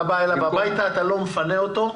אתה בא אליו הביתה, אתה לא מפנה אותו.